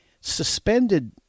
Suspended